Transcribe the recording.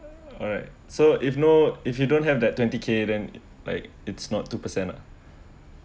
alright so if no if you don't have that twenty k then like it's not two percent lah